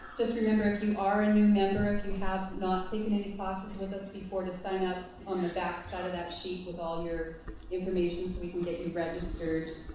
just remember, if you are a new member if you have not taken any classes with us before to sign up on the backside of that sheet with all your information so we can get you registered